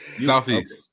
Southeast